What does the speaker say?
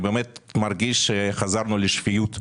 אני באמת מרגיש שחזרנו לשפיות,